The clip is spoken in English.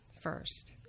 first